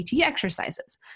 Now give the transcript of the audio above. exercises